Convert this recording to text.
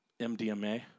MDMA